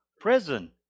Prison